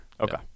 Okay